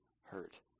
hurt